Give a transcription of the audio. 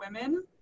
women